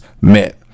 met